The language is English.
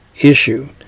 issue